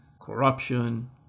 corruption